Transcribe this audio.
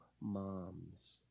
moms